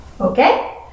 Okay